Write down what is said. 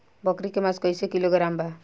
बकरी के मांस कईसे किलोग्राम बा?